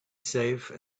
safe